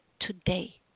today